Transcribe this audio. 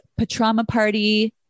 patramaparty